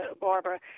Barbara